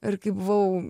ir kai buvau